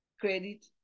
credit